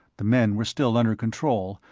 the men were still under control,